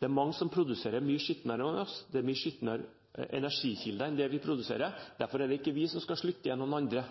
Det er mange som produserer mye skitnere enn oss. Det er mange flere skitne energikilder enn det vi produserer, og derfor er det ikke vi som skal slutte, det er noen andre.